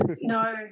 No